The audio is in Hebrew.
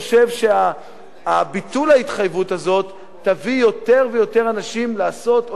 אני חושב שביטול ההתחייבות הזאת יביא יותר ויותר אנשים לעשות או